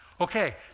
Okay